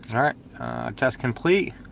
and alright testcomplete